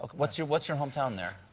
like what's your what's your hometown there?